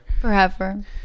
forever